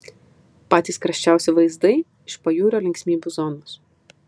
patys karščiausi vaizdai iš pajūrio linksmybių zonos